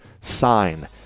sign